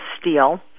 steel